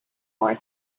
more